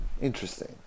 interesting